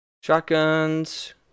Shotguns